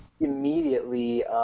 immediately